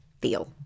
feel